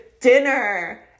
dinner